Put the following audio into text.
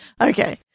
Okay